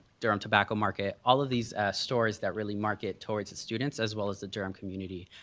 durham tobacco market, all of these stores that really market towards the students as well as the durham community,